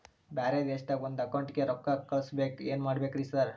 ಬ್ಯಾರೆ ದೇಶದಾಗ ಒಂದ್ ಅಕೌಂಟ್ ಗೆ ರೊಕ್ಕಾ ಕಳ್ಸ್ ಬೇಕು ಏನ್ ಮಾಡ್ಬೇಕ್ರಿ ಸರ್?